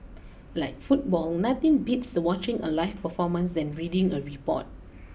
like football nothing beats watching a live performance than reading a report